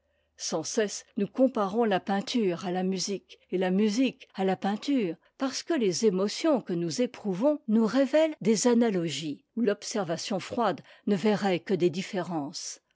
sans cesse nous comparons la peinture à la musique et la musique à la peinture parce que les émotions que nous éprouvons nous révèlent des analogies où l'observation froide ne verrait que des différences